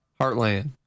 heartland